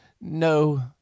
no